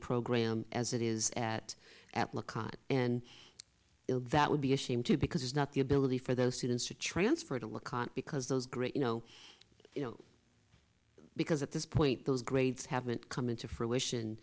program as it is at at le con and that would be a shame too because it's not the ability for those students to transfer to look can't because those great you know you know because at this point those grades haven't come into fruition